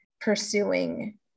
pursuing